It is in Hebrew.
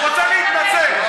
הוא רוצה להתנצל.